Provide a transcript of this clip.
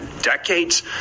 decades